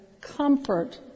comfort